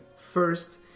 First